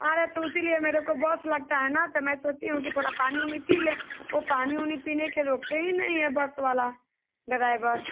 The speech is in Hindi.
अरे तो उसी लिए मेरे को बस लगता है ना तो मैं सोची हूँ कि थोड़ा पानी ओनी पी लें ओ पानी ओनी पीने के रोकते ही नहीं हैं बस वाला डराइवर